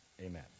Amen